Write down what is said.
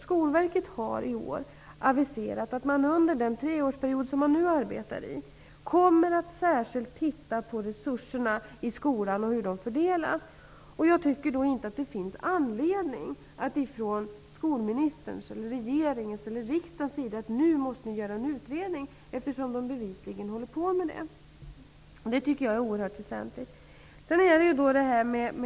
Skolverket har i år aviserat att man under den treårsperiod som man nu arbetar i kommer att särskilt titta på resurserna i skolan och på hur de fördelas. Jag tycker därför inte att det finns anledning för mig som skolminister, för regeringen eller för riksdagen att uttala att en utredning måste göras, eftersom man bevisligen håller på med en sådan. Detta tycker jag är oerhört väsentligt.